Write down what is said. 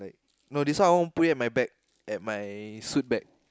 no this I want put it at my bag at my suit bag